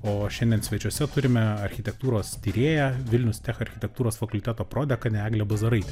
o šiandien svečiuose turime architektūros tyrėją vilniaus tech architektūros fakulteto prodekanę eglė bazaraitę